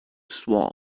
swan